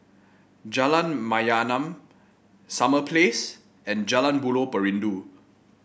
Jalan Mayaanam Summer Place and Jalan Buloh Perindu